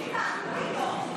ביטן, תגיד לו.